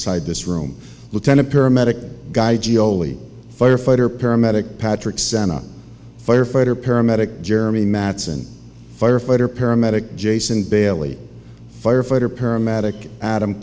outside this room lieutenant paramedic guy gio lee firefighter paramedic patrick santa firefighter paramedic jeremy madsen firefighter paramedic jason bailey firefighter paramedic adam